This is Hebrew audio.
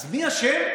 אז מי אשם?